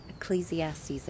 Ecclesiastes